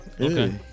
Okay